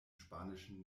spanischen